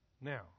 Now